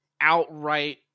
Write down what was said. outright